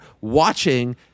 watching